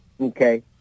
okay